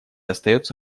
остается